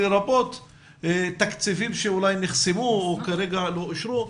לרבות תקציבים שאולי נחסמו או כרגע לא אושרו,